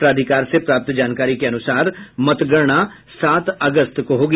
प्राधिकार से प्राप्त जानकारी के अनुसार मतगणना सात अगस्त को होगी